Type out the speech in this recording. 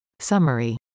Summary